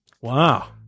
Wow